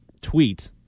tweet